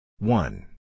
One